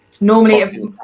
Normally